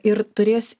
ir turės